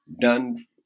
done